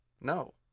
No